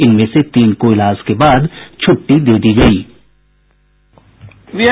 इनमें से तीन को इलाज के बाद छुट्टी दे दी गयी है